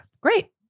Great